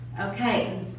Okay